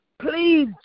Please